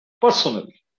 Personally